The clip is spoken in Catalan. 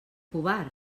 covard